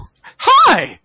Hi